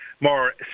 more